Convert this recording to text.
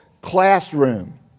classroom